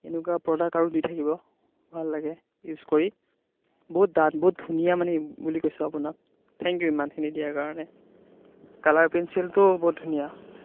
এনেকুৱা প্ৰডাক্ট আৰু দি থাকিব ভাল লাগে ইউজ কৰি বহুত ডাঠ বহুত ধুনীয়া মানে বুলি কৈছোঁ আপোনাক থেংক ইউ ইমানখিনি দিয়াৰ কাৰণে কালাৰ পেঞ্চিলটোও বহুত ধুনীয়া